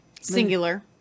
Singular